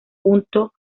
junto